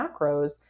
macros